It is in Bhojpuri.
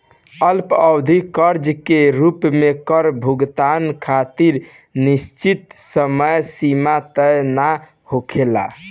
अल्पअवधि कर्जा के रूप में कर भुगतान खातिर निश्चित समय सीमा तय ना होखेला